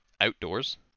outdoors